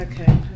Okay